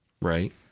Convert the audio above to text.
Right